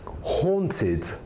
haunted